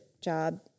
job